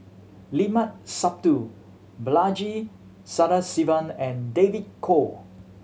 Limat Sabtu Balaji Sadasivan and David Kwo